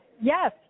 Yes